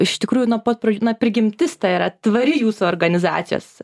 iš tikrųjų nuo pat pradžių na prigimtis ta yra tvari jūsų organizacijos